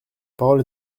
parole